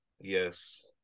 Yes